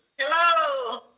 Hello